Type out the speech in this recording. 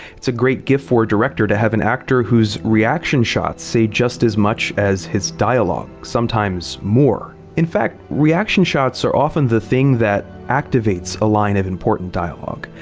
it's a great gift for a director to have an actor whose reaction shots say just as much as his dialogue, sometimes more. in fact, reaction shots are often the thing that activates a line of important dialogue.